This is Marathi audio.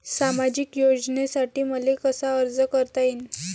सामाजिक योजनेसाठी मले कसा अर्ज करता येईन?